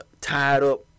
tied-up